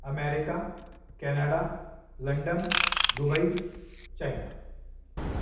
America Canada London Dubai China